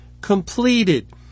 completed